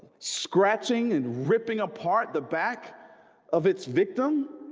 scratching and ripping apart the back of its victim